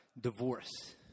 divorce